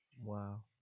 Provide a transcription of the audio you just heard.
Wow